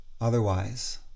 otherwise